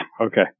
Okay